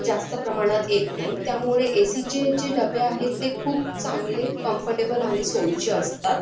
जास्त प्रमाणात येत नाही त्यामुळे ए सीचे जे डबे आहेत ते खूप चांगले कम्फर्टेबल आणि सोईचे असतात